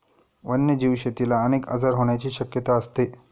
वन्यजीव शेतीला अनेक आजार होण्याची शक्यता असते